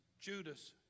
Judas